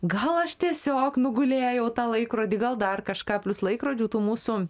gal aš tiesiog nugulėjau tą laikrodį gal dar kažką plius laikrodžių tų mūsų